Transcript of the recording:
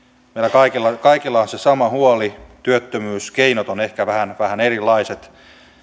meillä kaikilla on se sama huoli työttömyys keinot ovat ehkä vähän vähän erilaiset